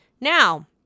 Now